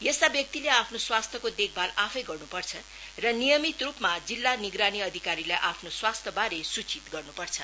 यस्ता व्यक्तिले आफ्नो स्वास्थ्यको देखभाल आफै गर्नुपर्छ र नियमित रुपमा जिल्ला निगरानी अधिकारीलाई आफ्नु स्वास्थ्य बारे सूचिव गर्नुपर्छ